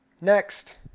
Next